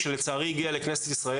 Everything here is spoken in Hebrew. מחירי הספוט בוודאי מאוד תנודתיים.